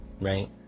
right